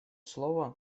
слово